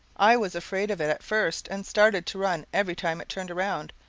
i was afraid of it at first, and started to run every time it turned around,